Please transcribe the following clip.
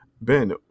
Ben